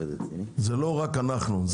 זה לא רק אנחנו.